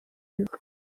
you